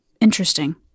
interesting